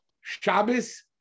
Shabbos